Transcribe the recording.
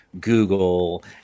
Google